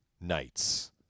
nights